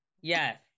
yes